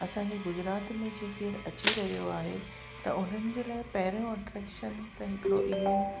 असांजे गुजरात में जेके अची रहियो आहे त उन्हनि जे लाइ पहिरियों अट्रेक्शन त हिकिड़ो इहो ई